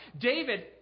David